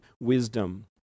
wisdom